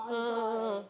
ah ah ah ah ah